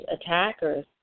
attackers